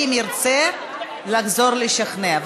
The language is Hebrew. אם ירצה לחזור לשכנע.